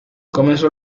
comenzó